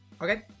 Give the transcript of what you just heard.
Okay